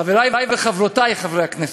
חברי וחברותי חברי הכנסת,